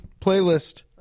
playlist